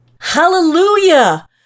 Hallelujah